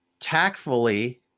tactfully